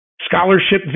scholarship